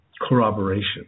corroboration